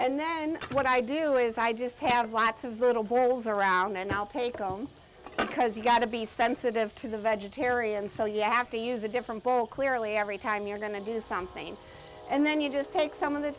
and then what i do is i just have lots of little boils around and i'll take them because you've got to be sensitive to the vegetarian so you have to use a different clearly every time you're going to do something and then you just take some of the